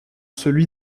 celui